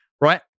right